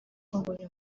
buri